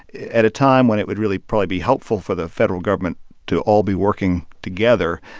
at a time when it would really probably be helpful for the federal government to all be working together,